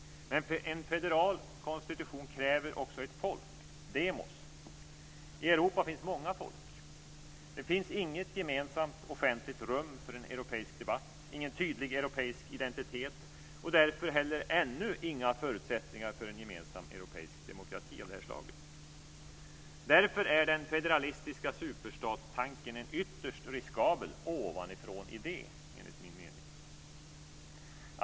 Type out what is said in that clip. Men en federal konstitution kräver också ett folk, demos. I Europa finns det många folk. Det finns inget gemensamt offentligt rum för en europeisk debatt, ingen tydlig europeisk identitet. Därför finns det ännu heller inga förutsättningar för en gemensam europeisk demokrati av det här slaget. Därför är den federalistiska superstatstanken en ytterst riskabel ovanifrånidé enligt min mening.